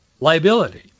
liability